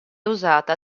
usata